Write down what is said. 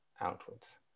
outwards